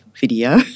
video